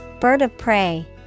Bird-of-prey